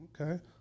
Okay